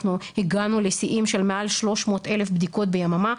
היום אנחנו הגענו לשיאים של מעל 300 אלף בדיקות ביממה,